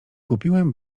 kupiłem